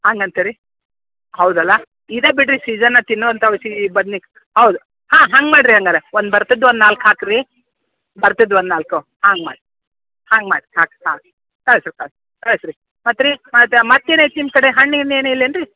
ಹಂಗೆ ಅಂತೀರಿ ಹೌದಲ್ವ ಇದೇ ಬಿಡಿರಿ ಸೀಜನ್ ತಿನ್ನುವಂಥ ಔಷಧಿ ಬದ್ನೆ ಹೌದು ಹಾಂ ಹಂಗೇ ಮಾಡಿರಿ ಹಾಗಾರೆ ಒಂದು ಬರ್ತಿದ್ದು ಒಂದು ನಾಲ್ಕು ಹಾಕಿ ರೀ ಬರ್ತಿದ್ದು ಒಂದು ನಾಲ್ಕು ಹಾಂಗೆ ಮಾಡಿ ಹಾಂಗೆ ಮಾಡಿ ಸಾಕು ಸಾಕು ಕಳ್ಸ್ರಿ ಕಳ್ಸಿ ರೀ ಕಳ್ಸಿ ರೀ ಮತ್ತೆ ರೀ ಮತ್ತೆ ಏನೈತೆ ನಿಮ್ಮ ಕಡೆ ಹಣ್ಣು ಗಿಣ್ಣು ಏನೂ ಇಲ್ಲೇನು ರೀ